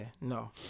no